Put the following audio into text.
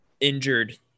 injured